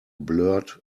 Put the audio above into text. blurt